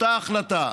אותה החלטה,